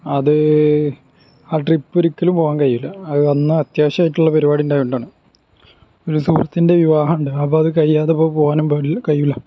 അത് ആ ട്രിപ്പൊരിക്കലും പോകാൻ കഴിയൂല അത് അന്ന് അത് അത്യാവശ്യമായിട്ടുള്ള പരിപാടി ഉണ്ടായത് കൊണ്ടാണ് ഒരു സുഹൃത്തിൻ്റെ വിവാഹമുണ്ട് അപ്പം അത് കഴിയാതെ പോകാനും പാടി കഴിയില്ല